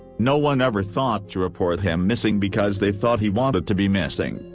no one ever thought to report him missing because they thought he wanted to be missing,